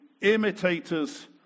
imitators